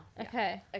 Okay